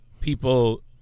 people